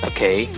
Okay